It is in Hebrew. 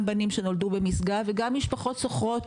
גם בנים שנולדו במשגב וגם משפחות שוכרות